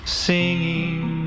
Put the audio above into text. singing